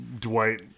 Dwight